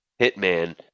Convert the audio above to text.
Hitman